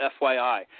fyi